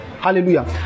Hallelujah